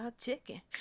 chicken